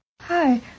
Hi